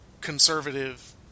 conservative